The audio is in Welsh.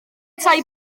tai